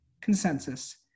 consensus